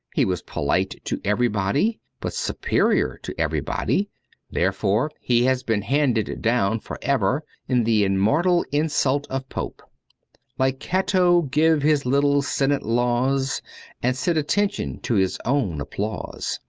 he was polite to everybody, but superior to every body therefore he has been handed down for ever in the immortal insult of pope like cato give his little senate laws and sit attention to his own applause.